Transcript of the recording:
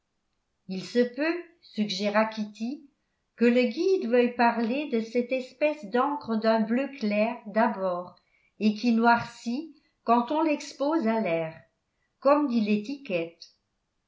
il se peut suggéra kitty que le guide veuille parler de cette espèce d'encre d'un bleu clair d'abord et qui noircit quand on l'expose à l'air comme dit l'étiquette